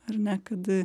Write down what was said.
ar ne kad